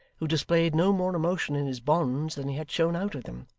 who displayed no more emotion in his bonds than he had shown out of them.